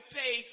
pay